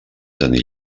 tenir